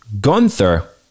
Gunther